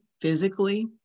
physically